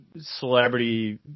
celebrity –